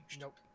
Nope